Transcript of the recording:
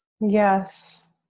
Yes